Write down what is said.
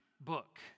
book